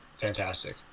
fantastic